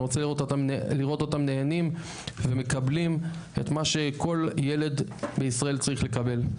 אני רוצה לראות אותם נהנים ומקבלים את מה שכל ילד בישראל צריך לקבל.